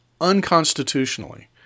unconstitutionally